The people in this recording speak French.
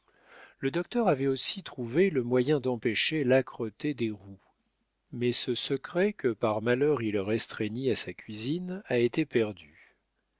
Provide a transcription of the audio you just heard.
le docteur avait aussi trouvé le moyen d'empêcher l'âcreté des roux mais ce secret que par malheur il restreignit à sa cuisine a été perdu